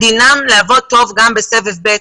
דינם לעבוד טוב גם בסבב שני.